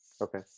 Okay